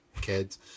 kids